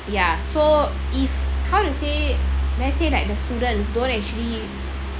ya so if how to say let's say like the student don't actually